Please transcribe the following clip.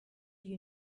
you